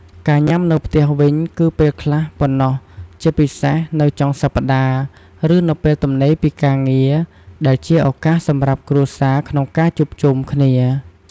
ការញ៉ាំនៅផ្ទះវិញ គឺពេលខ្លះប៉ុណ្ណោះ ជាពិសេសនៅចុងសប្ដាហ៍ ឬនៅពេលទំនេរពីការងារ ដែលជាឱកាសសម្រាប់គ្រួសារក្នុងការជួបជុំគ្នា។